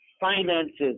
finances